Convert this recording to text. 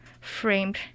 framed